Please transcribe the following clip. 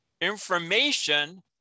information